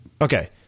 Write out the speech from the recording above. Okay